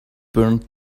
burned